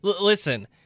listen